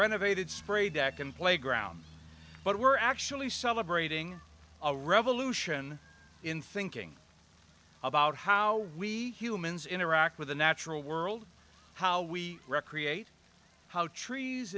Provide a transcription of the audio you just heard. renovated spray deck and playground but we're actually celebrating a revolution in thinking about how we humans interact with the natural world how we recreate how trees